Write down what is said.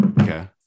Okay